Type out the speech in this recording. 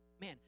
Man